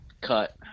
cut